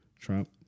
Trump